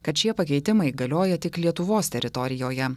kad šie pakeitimai galioja tik lietuvos teritorijoje